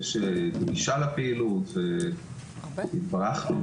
יש דרישה לפעילות והתברכנו.